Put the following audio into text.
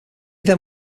then